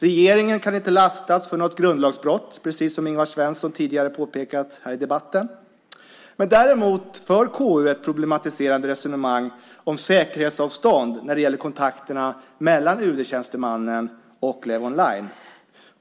Regeringen kan inte lastas för något grundlagsbrott, precis som Ingvar Svensson tidigare påpekat här i debatten. Däremot för KU ett problematiserande resonemang om säkerhetsavstånd när det gäller kontakterna mellan UD-tjänstemannen och Levonline.